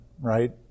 right